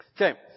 Okay